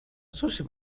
sushi